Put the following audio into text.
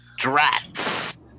Drats